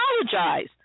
apologize